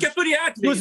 keturi atvejai